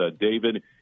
David